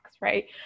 right